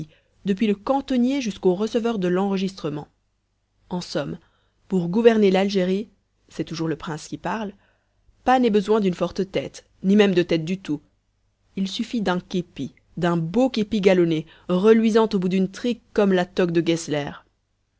depuis le cantonnier jusqu'au receveur de l'enregistrement en somme pour gouverner lalgérie cest toujours le prince qui parle pas n'est besoin d'une forte tête ni même de tête du tout il suffit d'un képi d'un beau képi galonné reluisant au bout d'une trique comme la toque de gessler